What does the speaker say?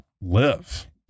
live